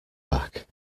back